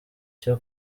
cyo